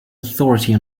authority